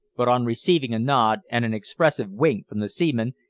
but on receiving a nod and an expressive wink from the seaman,